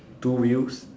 two wheels